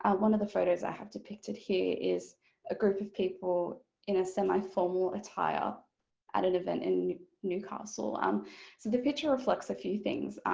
one of the photos i have depicted here is a group of people in a semiformal attire at an event in newcastle. um so the picture reflects a few things.